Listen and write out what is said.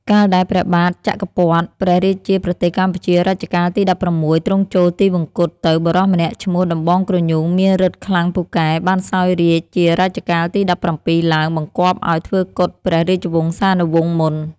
កាលដែលព្រះបាទចក្រពត្រ ព្រះរាជាប្រទេសកម្ពុជារជ្ជកាលទី ១៦ ទ្រង់ចូលទិវង្គតទៅ បុរសម្នាក់ឈ្មោះ ដំបងគ្រញូងមានរិទ្ធិខ្លាំងពូកែបានសោយរាជ្យជារជ្ជកាលទី ១៧ ឡើង បង្គាប់ឲ្យធ្វើគុតព្រះរាជវង្សានុវង្សមុន ។